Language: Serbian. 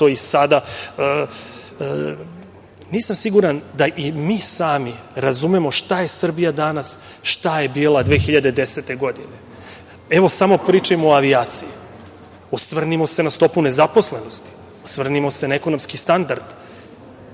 to i sada. Nisam siguran da i mi sami razumemo šta je Srbija danas, šta je bila 2010. godine. Evo, samo pričajmo o avijaciji, osvrnimo se na stopu nezaposlenosti, osvrnimo se na ekonomski standard,